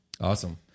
Awesome